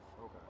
Okay